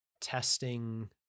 testing